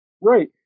Right